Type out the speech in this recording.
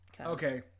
Okay